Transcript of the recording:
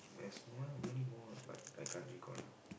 there's more many more lah but I can't recall now